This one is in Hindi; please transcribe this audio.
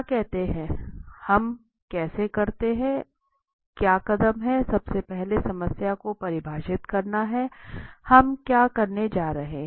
क्या कहते हैं यह कैसे करता है क्या कदम हैं सबसे पहले समस्या को परिभाषित करना है हम क्या करने जा रहे हैं